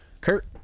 kurt